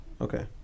Okay